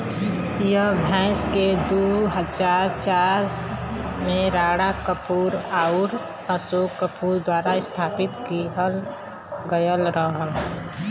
yes Bank के दू हज़ार चार में राणा कपूर आउर अशोक कपूर द्वारा स्थापित किहल गयल रहल